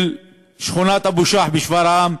של שכונת אבו-שאח בשפרעם,